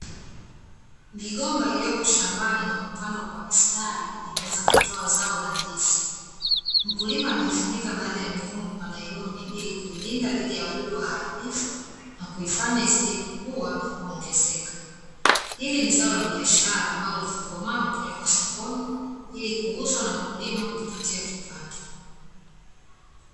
Migomba iliyoko shambani na kupandwa kwa mistari imeanza kutoa zao la ndizi. Mkulima ameifunika baadhi ya mikungu kwa nailoni ili kuilinda dhidi ya wadudu waharibifu na kuifanya izidi kukua na kuongezeka. Hili ni zao la biashara ambalo likikomaa hupelekwa sokoni ili kuuzwa na mkulima kujipatia kipato.